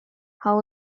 how